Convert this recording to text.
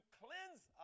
cleanse